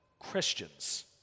Christians